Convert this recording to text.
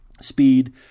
speed